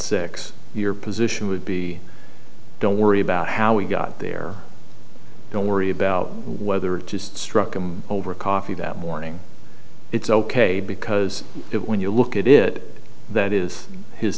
six your position would be don't worry about how we got there don't worry about whether it just struck him over a coffee that morning it's ok because it when you look at it that is his